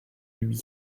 huit